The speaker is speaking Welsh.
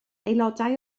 aelodau